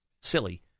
silly